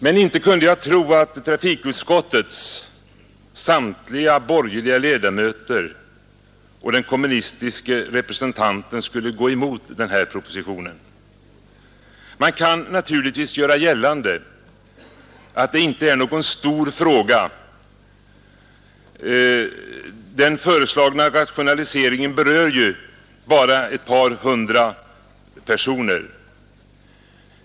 Men inte kunde jag tro att trafikutskottets samtliga borgerliga ledamöter och den kommunistiske representanten skulle gå emot den här propositionen. Man kan naturligtvis göra gällande att det inte är någon stor fråga. Den föreslagna rationaliseringen berör ju bara ett par hundra personer.